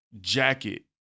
jacket